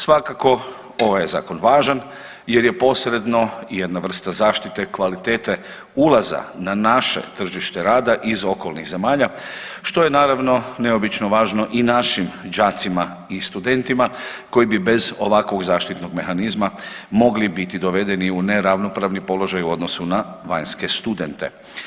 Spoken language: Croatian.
Svakako ovaj zakon je važan jer je posredno i jedna vrsta zaštite kvalitete ulaza na naše tržište rada iz okolnih zemalja, što je naravno neobično važno i našim đacima i studentima koji bi bez ovakvog zaštitnog mehanizma mogli biti dovedeni u neravnopravni položaj u odnosu na vanjske studente.